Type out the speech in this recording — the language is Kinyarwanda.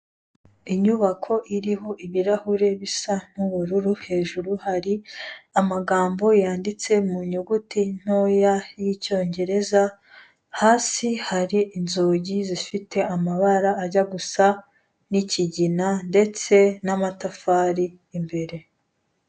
Inyubako iriho ibirahure bisa n'ubururu hejuru hari amagambo yanditse mu nyuguti ntoya y'icyongereza, hasi hari inzugi zifite amabara ajya gusa n'ikigina, ndetse n'amatafari imbere.